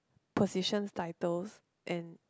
positions titles and